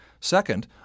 Second